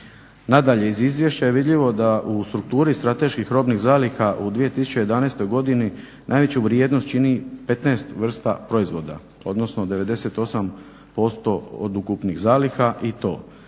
Nadalje, iz izvješća je vidljivo da u strukturi strateških robnih zaliha u 2011. godini najveću vrijednost čini 15 vrsta proizvoda, odnosno 98% od ukupnih zaliha i to: